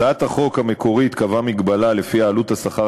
הצעת החוק המקורית קבעה מגבלה שלפיה עלות השכר